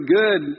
good